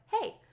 hey